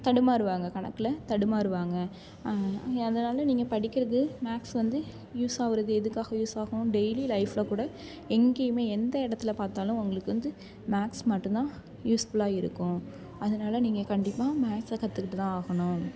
தடுமாறுவாங்க கணக்கில் தடுமாறுவாங்க அதனால நீங்கள் படிக்கிறது மேக்ஸ் வந்து யூஸ்ஸாகுறது எதுக்காக யூஸ் ஆகும் டெய்லி லைஃபில் கூட எங்கேயுமே எந்த இடத்துல பார்த்தாலும் உங்களுக்கு வந்து மேக்ஸ் மட்டும் தான் யூஸ்ஃபுல்லாக இருக்கும் அதனால நீங்கள் கண்டிப்பாக மேக்ஸை கற்றுக்கிட்டு தான் ஆகணும்